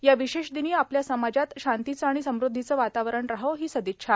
या विशेष दिनी आपल्या समाजात शांतीचं आण समृद्धीचं वातावरण राहो हो र्सादच्छा